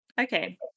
Okay